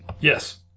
Yes